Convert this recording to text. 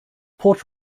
port